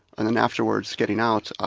and then afterwards, getting out,